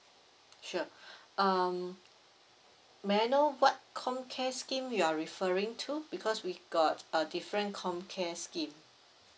sure um may I know what comm care scheme you're referring to because we've got uh different comm care scheme